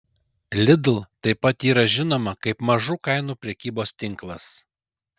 lidl taip pat yra žinoma kaip mažų kainų prekybos tinklas